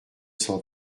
cent